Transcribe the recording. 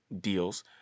deals